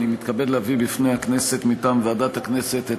אני מתכבד להביא בפני הכנסת מטעם ועדת הכנסת את